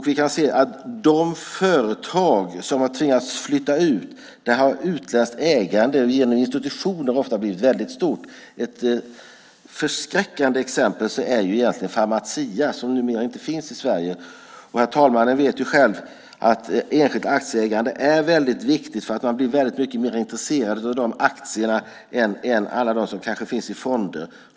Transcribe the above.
Vi kan se att när det gäller de företag som har tvingats flytta ut har utländskt ägande genom institutioner ofta varit väldigt stort. Ett förskräckande exempel är Pharmacia som numera inte finns i Sverige. Herr talmannen vet själv att enskilt aktieägande är väldigt viktigt. Man blir mycket mer intresserad av de aktierna än alla de som finns i fonder.